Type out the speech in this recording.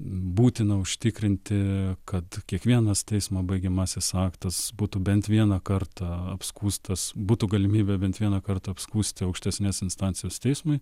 būtina užtikrinti kad kiekvienas teismo baigiamasis aktas būtų bent vieną kartą apskųstas būtų galimybė bent vieną kartą apskųsti aukštesnės instancijos teismui